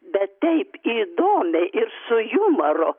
bet taip įdomiai ir su jumoru